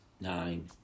Nine